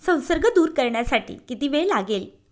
संसर्ग दूर करण्यासाठी किती वेळ लागेल?